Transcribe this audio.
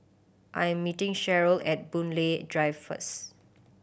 I am meeting Cheryl at Boon Lay Drive first